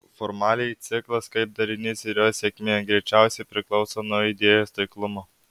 formaliai ciklas kaip darinys ir jo sėkmė greičiausiai priklauso nuo idėjos taiklumo